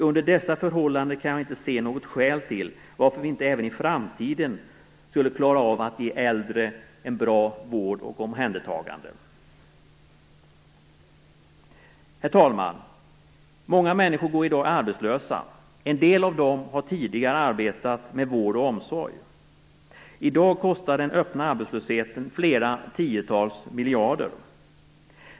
Under dessa förhållanden kan jag inte se något skäl till att vi inte även i framtiden skulle klara av att ge äldre en bra vård och ett gott omhändertagande. Herr talman! Många människor går i dag arbetslösa. En del av dem har tidigare arbetat med vård och omsorg. I dag kostar den öppna arbetslösheten flera tiotals miljarder.